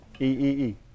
E-E-E